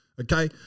Okay